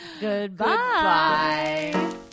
Goodbye